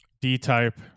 d-type